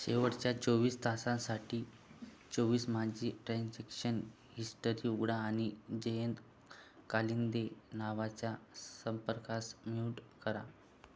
शेवटच्या चोवीस तासांसाठी चोवीस माझी ट्रेनशिक्षन हिस्टरी उघडा आणि जयंत कालिंदे नावाच्या संपर्कास म्यूट करा